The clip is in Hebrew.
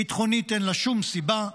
ביטחונית אין לה שום סיבה,